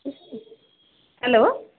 hello